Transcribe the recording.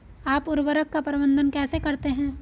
आप उर्वरक का प्रबंधन कैसे करते हैं?